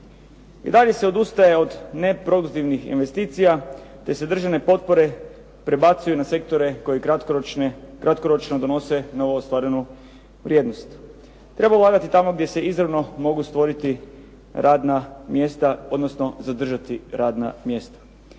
I dalje se odustaje od neproduktivnih investicija te se državne potpore prebacuju na sektore koji kratkoročno donose novoostvarenu vrijednost. Treba ulagati tamo gdje se izravno mogu stvoriti radna mjesta, odnosno zadržati radna mjesta.